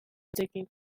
batekin